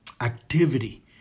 activity